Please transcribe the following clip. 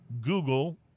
Google